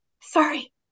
sorry